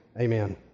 Amen